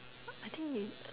I think you